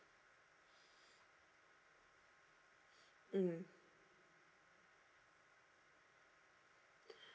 mm